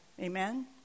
Amen